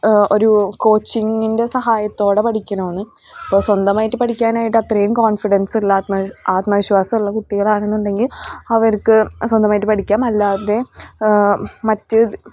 ഒരു കോച്ചിങ്ങിൻ്റെ സഹായത്തോടെ പഠിക്കണോ എന്ന് അപ്പോൾ സ്വന്തമായിട്ട് പഠിക്കാനായിട്ട് അത്രയും കോൺഫിഡൻസ് ഉള്ള ആത്മവിസ് ആത്മവിശ്വാസമുള്ള കുട്ടികളാണെന്നുണ്ടെങ്കിൽ അവർക്ക് സ്വന്തമായിട്ട് പഠിക്കാം അല്ലാതെ മറ്റ്